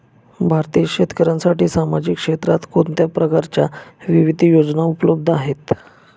भारतीय शेतकऱ्यांसाठी सामाजिक क्षेत्रात कोणत्या प्रकारच्या विविध योजना उपलब्ध आहेत?